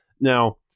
now